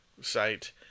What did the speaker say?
site